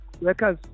workers